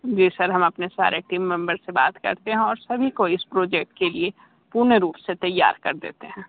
जी sir हम अपने सारे टीम मेंबर्स से बात करते हैं और सभी को इस प्रोजेक्ट के लिए पूर्ण रूप से तैयार कर देते हैं